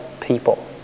people